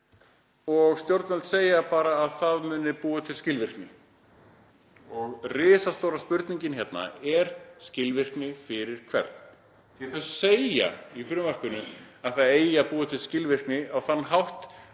og stjórnvöld segja bara að það muni búa til skilvirkni. Risastóra spurningin hérna er: Skilvirkni fyrir hvern? Því að þau segja í frumvarpinu að það eigi að búa til skilvirkni á þann hátt